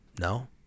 No